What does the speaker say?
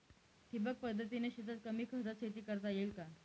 ठिबक पद्धतीने शेतात कमी खर्चात शेती करता येईल का?